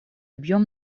объем